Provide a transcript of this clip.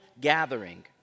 gathering